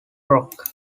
rock